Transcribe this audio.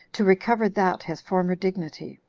to recover that his former dignity.